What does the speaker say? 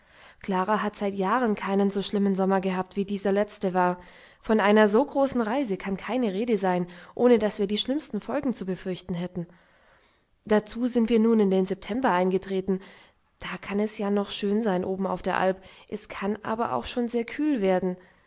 klara hat seit jahren keinen so schlimmen sommer gehabt wie dieser letzte war von einer so großen reise kann keine rede sein ohne daß wir die schlimmsten folgen zu befürchten hätten dazu sind wir nun in den september eingetreten da kann es ja noch schön sein oben auf der alp es kann aber auch schon sehr kühl werden